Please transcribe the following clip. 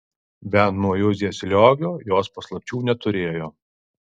bent nuo juzės liogio jos paslapčių neturėjo